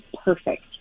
perfect